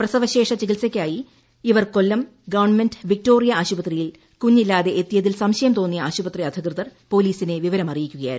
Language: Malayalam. പ്രസവശേഷ ചികിത്സക്കായി ഇദ്ധ്ർ കൊല്ലം ഗവൺമെന്റ് വിക്ടോറിയ അശുപത്രിയിൽ കുഞ്ഞില്ലാളതി എത്തിയതിൽ സംശയം തോന്നിയ ആശുപത്രി അധികൃതർ പ്പോലീസിനെ പിവരമറിയിക്കുകയായിരുന്നു